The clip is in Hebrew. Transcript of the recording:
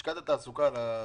לשכת התעסוקה בזום?